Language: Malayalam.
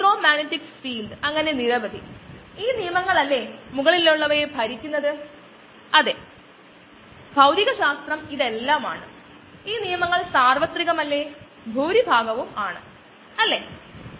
നമുക്ക് 70 ശതമാനം എത്തനോൾ ഉപയോഗിച്ച് കയ്യിൽ ഉള്ള ഓർഗാനിസത്തിനെ നശിപ്പിക്കാം അതായത് നമ്മുടെ കയ്യുറയിൽ ജോലി സമയത്തു പറ്റി ചേരുന്ന ഓർഗനിസം അതായത് ലാബിന്റെ ഒരു വശത്തു നിന്ന് മറ്റേ വശത്തേക്കു മാറ്റുമ്പോൾ ഒകെ പറ്റി ചേരുന്നത്